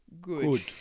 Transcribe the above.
good